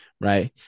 right